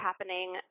happening